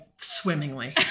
swimmingly